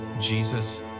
Jesus